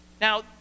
Now